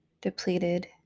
depleted